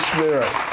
Spirit